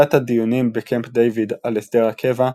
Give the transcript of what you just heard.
לקראת הדיונים בקמפ-דייוויד על הסדר הקבע,